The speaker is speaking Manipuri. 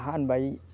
ꯑꯍꯥꯟꯕ ꯑꯩ